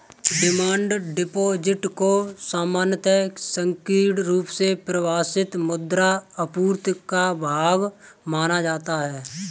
demand deposit को सामान्यतः संकीर्ण रुप से परिभाषित मुद्रा आपूर्ति का भाग माना जाता है